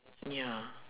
ya